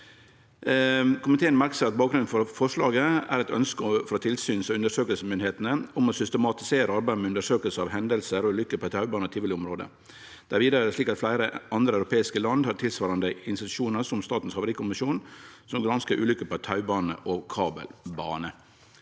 Komiteen merkar seg at bakgrunnen for forslaget er eit ønskje frå tilsynsmyndigheita og undersøkingsmyndigheita om å systematisere arbeidet med undersøkingar av hendingar og ulykker på taubane- og tivoliområdet. Det er vidare slik at fleire andre europeiske land har tilsvarande institusjonar som Statens havarikommisjon som granskar ulykker på taubaner og kabelbaner.